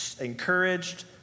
encouraged